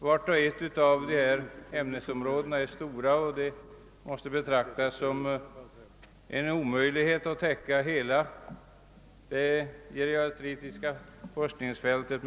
Vart och ett av dessa ämnesområden är stort och det måste betraktas som omöjligt, att endast en professur kan täcka hela det geriatriska forskningsområdet.